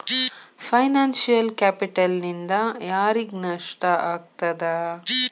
Financial ಕ್ಯಾಪಿಟಲ್ನಿಂದಾ ಯಾರಿಗ್ ನಷ್ಟ ಆಗ್ತದ?